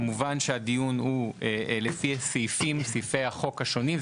כמובן שהדיון הוא לפי סעיפי החוק השונים.